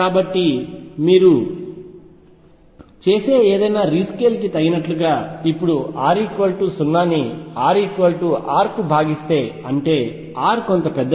కాబట్టి మీరు చేసే ఏదైనా రీస్కేల్ కి తగినట్లుగా ఇప్పుడు r 0 ని r R కు భాగిస్తే అంటే R కొంత పెద్దది